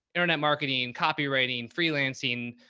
internet marketing, copywriting, freelancing,